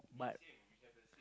but